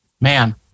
man